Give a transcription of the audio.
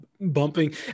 bumping